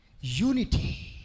unity